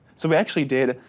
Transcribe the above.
so we actually did,